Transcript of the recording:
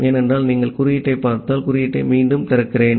ஏனென்றால் நீங்கள் குறியீட்டைப் பார்த்தால் குறியீட்டை மீண்டும் திறக்கிறேன்